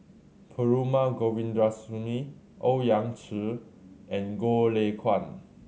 Perumal Govindaswamy Owyang Chi and Goh Lay Kuan